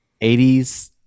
80s